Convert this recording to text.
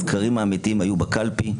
הסקרים האמיתיים היו בקלפי,